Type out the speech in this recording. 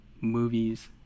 movies